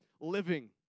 living